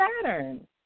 Saturn